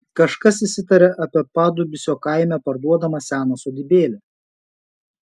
kažkas išsitarė apie padubysio kaime parduodamą seną sodybėlę